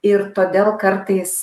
ir todėl kartais